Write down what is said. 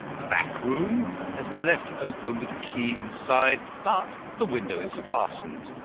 the back room has been left open, with the key inside, but the window is fastened.